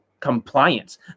Compliance